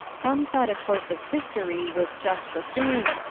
some thought a course of history was just the thing,